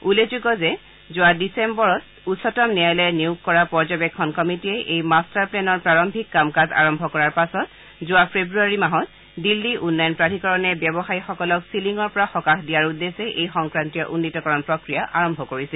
উল্লেখযোগ্য যে যোৱা ডিচেম্বৰ মাহত উচ্চতম ন্যায়ালয়ে নিয়োগ কৰা পৰ্যবেক্ষণ কমিটিয়ে এই মাটাৰ প্লেনৰ প্ৰাৰম্ভিক কাম কাজ আৰম্ভ কৰাৰ পাছত যোৱা ফেব্ৰুৱাৰী মাহত দিল্লী উন্নয়ন প্ৰাধীকৰণে ব্যৱসায়ী সকলক চিলিঙৰ পৰা সকাহ দিয়াৰ উদ্দেশ্যে এই সংক্ৰান্তীয় উন্নীতকৰণ প্ৰক্ৰিয়া আৰম্ভ কৰিছিল